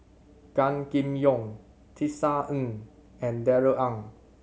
Gan Kim Yong Tisa Ng and Darrell Ang